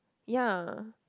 ya